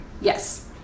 Yes